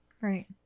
Right